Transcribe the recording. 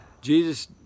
Jesus